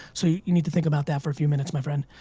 so you need to think about that for a few minutes my friend.